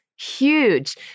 huge